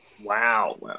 Wow